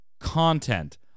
content